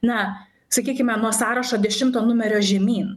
na sakykime nuo sąrašo dešimto numerio žemyn